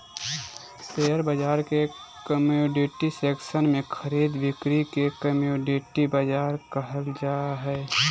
share बाजार के commodity section में खरीद बिक्री के कमोडिटी बाजार कहल जा हइ